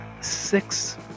six